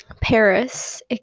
Paris